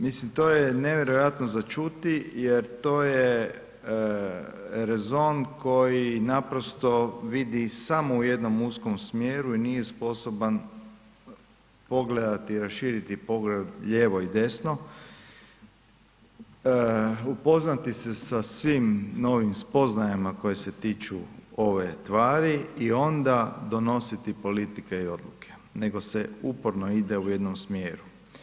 Mislim, to je nevjerojatno za čuti jer to je rezon koji naprosto vidi samo u jednom uskom smjeru i nije sposoban pogledati i raširiti pogled lijevo i desno, upoznati se sa svim novim spoznajama koje se tiču ove tvari i onda donositi politike i odluke, nego se uporno ide u jednom smjeru.